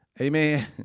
Amen